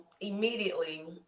immediately